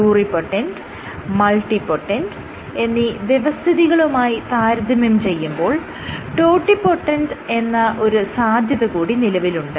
pluripotent multipotent എന്നീ വ്യവസ്ഥിതികളുമായി താരതമ്യം ചെയ്യുമ്പോൾ ടോട്ടിപൊട്ടന്റ് എന്ന ഒരു സാധ്യത കൂടി നിലവിലുണ്ട്